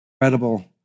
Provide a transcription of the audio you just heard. Incredible